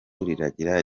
riragira